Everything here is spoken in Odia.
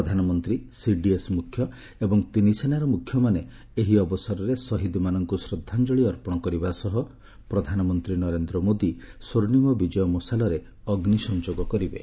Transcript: ପ୍ରଧାନମନ୍ତ୍ରୀ ସିଡିଏସ୍ ମୁଖ୍ୟ ଏବଂ ତିନିସେନାର ମୁଖ୍ୟମାନେ ଏହି ଅବସରରେ ଶହୀଦ୍ମାନଙ୍କୁ ଶ୍ରଦ୍ଧାଞ୍ଜଳି ଅର୍ପଣ କରିବା ସହ ପ୍ରଧାନମନ୍ତ୍ରୀ ନରେନ୍ଦ୍ର ମୋଦି ସ୍ୱର୍ଣ୍ଣିମ ବିଜୟ ମଶାଲରେ ଅଗ୍ନି ସଂଯୋଗ କରିବେ